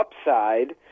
upside